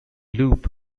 loop